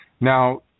Now